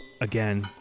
again